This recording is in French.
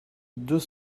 deux